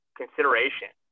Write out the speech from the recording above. consideration